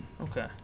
Okay